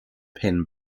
pin